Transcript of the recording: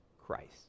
Christ